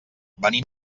venim